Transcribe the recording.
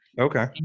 Okay